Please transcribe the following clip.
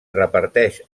reparteix